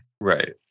right